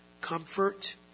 comfort